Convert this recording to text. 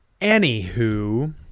Anywho